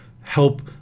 help